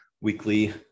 weekly